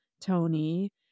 tony